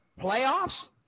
Playoffs